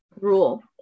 rule